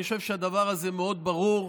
אני חושב שהדבר הזה מאוד ברור,